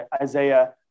Isaiah